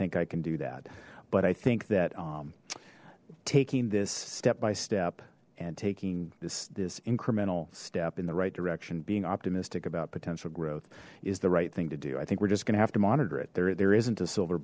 think i can do that but i think that taking this step by step and taking this this incremental step in the right direction being optimistic about potential growth is the right thing to do i think we're just going to have to monitor it there there isn't a silver